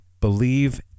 believe